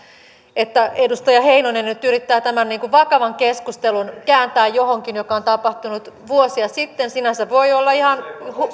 että edustaja heinonen nyt yrittää tämän vakavan keskustelun kääntää johonkin joka on tapahtunut vuosia sitten sinänsä voi olla ihan